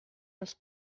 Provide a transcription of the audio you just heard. els